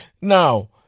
Now